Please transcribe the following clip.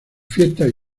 fiestas